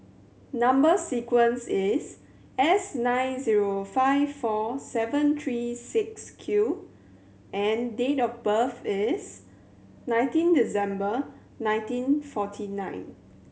number sequence is S nine zero five four seven three six Q and date of birth is nineteen December nineteen forty nine